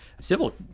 civil